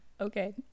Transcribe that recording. Okay